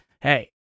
hey